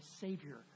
Savior